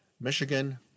Michigan